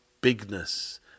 bigness